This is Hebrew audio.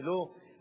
אני לא אוהב,